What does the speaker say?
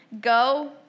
Go